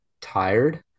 tired